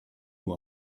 nur